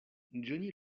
johnny